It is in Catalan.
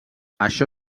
això